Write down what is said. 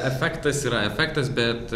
efektas yra efektas bet